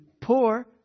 poor